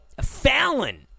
Fallon